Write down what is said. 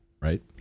Right